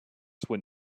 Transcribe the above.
when